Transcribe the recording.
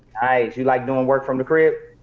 you like doing work from the crib?